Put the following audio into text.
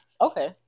Okay